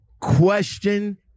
question